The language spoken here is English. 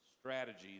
strategies